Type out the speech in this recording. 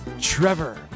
Trevor